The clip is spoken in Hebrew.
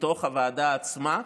בתוך הוועדה עצמה.